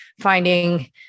finding